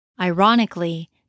Ironically